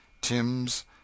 TIM'S